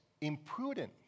Imprudent